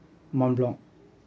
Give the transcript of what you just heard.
montblanc